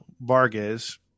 Vargas